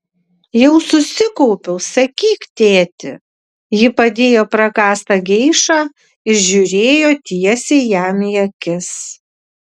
jau susikaupiau sakyk tėti ji padėjo prakąstą geišą ir žiūrėjo tiesiai jam į akis